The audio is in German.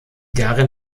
darin